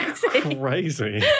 crazy